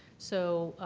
so,